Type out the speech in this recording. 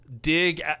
dig